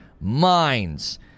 minds